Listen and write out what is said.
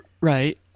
right